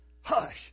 Hush